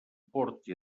porti